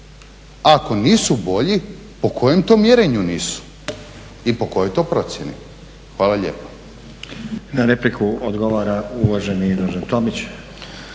Ako nisu bolji po kojem to mjerenju nisu i po kojoj to procjeni. Hvala lijepa.